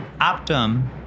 Optum